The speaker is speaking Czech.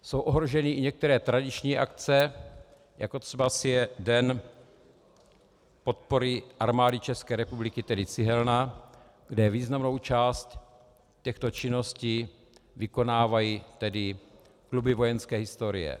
Jsou ohroženy i některé tradiční akce, jako třeba je Den podpory armády České republiky, tedy Cihelna, kde významnou část těchto činností vykonávají tedy kluby vojenské historie.